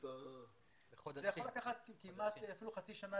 זה יכול לקחת לפעמים אפילו חצי שנה